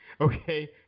Okay